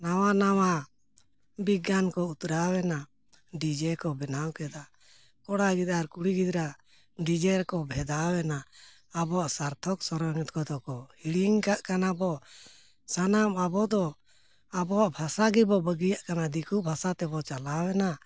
ᱱᱟᱣᱟ ᱱᱟᱣᱟ ᱵᱤᱜᱽᱜᱟᱱ ᱠᱚ ᱩᱛᱨᱟᱹᱣ ᱮᱱᱟ ᱰᱤᱡᱮ ᱠᱚ ᱵᱮᱱᱟᱣ ᱠᱮᱫᱟ ᱠᱚᱲᱟ ᱜᱤᱫᱽᱨᱟᱹ ᱟᱨ ᱠᱩᱲᱤ ᱜᱤᱫᱽᱨᱟᱹ ᱰᱤᱡᱮ ᱨᱮᱠᱚ ᱵᱷᱮᱫᱟᱣ ᱮᱱᱟ ᱟᱵᱚᱣᱟᱜ ᱥᱟᱨᱛᱷᱚᱠ ᱥᱮᱨᱮᱧ ᱠᱚᱫᱚ ᱠᱚ ᱦᱤᱲᱤᱧ ᱠᱟᱜ ᱠᱟᱱᱟ ᱵᱚᱱ ᱥᱟᱱᱟᱢ ᱟᱵᱚ ᱫᱚ ᱟᱵᱚᱣᱟᱜ ᱵᱷᱟᱥᱟ ᱜᱮᱵᱚᱱ ᱵᱟᱹᱜᱤᱭᱟᱜ ᱠᱟᱱᱟ ᱫᱤᱠᱩ ᱵᱷᱟᱥᱟ ᱛᱮᱵᱚᱱ ᱪᱟᱞᱟᱣ ᱮᱱᱟ